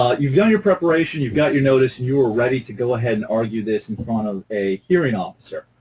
ah you've done your preparation, you've got your notice, and you are ready to go ahead and argue this with and sort of a hearing officer.